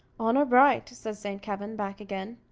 honour bright! says st. kavin, back again,